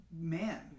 man